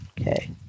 Okay